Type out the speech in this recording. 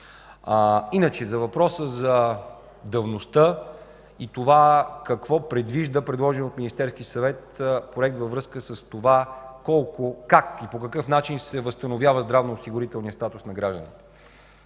Иначе за въпроса за давността и това какво предвижда предложеният от Министерския съвет проект във връзка с това колко, как и по какъв начин се възстановява здравноосигурителния статус на гражданите.